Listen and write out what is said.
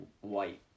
white